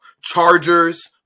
Chargers